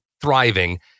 thriving